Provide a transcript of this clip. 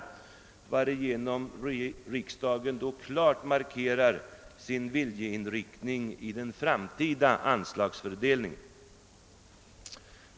Ett bifall till denna skulle innebära att riksdagen klart markerade sin = viljeinriktning beträffande den framtida anslagsfördelningen.